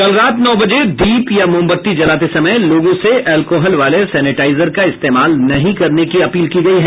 कल रात नौ बजे दीप या मोमबत्ती जलाते समय लोगों से एल्कोहल वाले सेनेटाइजर का इस्तेमाल नहीं करने की अपील की गयी है